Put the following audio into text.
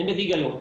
אין בזה היגיון.